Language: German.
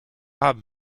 haben